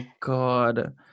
God